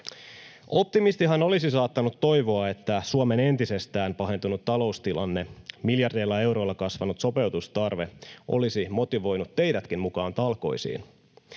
Optimistihan olisi saattanut toivoa, että Suomen entisestään pahentunut taloustilanne, miljardeilla euroilla kasvanut sopeutustarve, olisi motivoinut teidätkin mukaan talkoisiin,